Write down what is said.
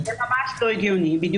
זה ממש לא הגיוני.